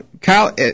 Kyle